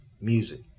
music